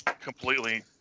completely